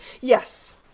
Yes